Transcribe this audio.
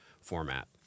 format